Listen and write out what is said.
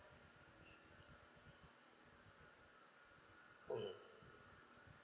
mmhmm